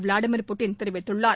Vladimir Putin தெரிவித்துள்ளார்